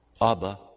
Abba